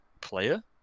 player